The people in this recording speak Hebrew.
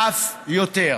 ואף יותר.